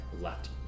left